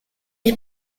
est